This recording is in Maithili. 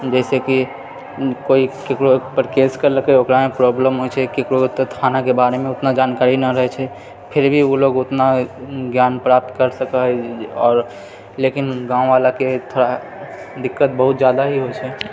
जइसेकि कोइ ककरोपर केस करलकै ओकरामे प्रॉब्लम होइ छै ककरो तऽ थानाके बारेमे ओतना जानकारी नहि रहै छै फिरभी ओलोक ओतना ज्ञान प्राप्त करि सकै हइ आओर लेकिन गाँववलाके थोड़ा दिक्कत बहुत ज्यादा ही होइ छै